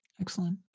excellent